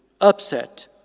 upset